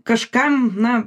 kažkam na